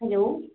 hello